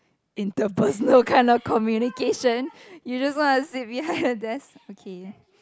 in the personal kind of communication you don't go and see behind of that okay